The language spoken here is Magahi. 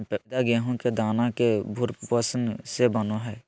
मैदा गेहूं के दाना के भ्रूणपोष से बनो हइ